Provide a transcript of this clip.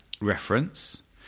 reference